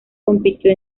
compitió